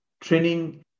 training